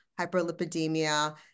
hyperlipidemia